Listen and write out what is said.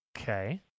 Okay